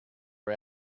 are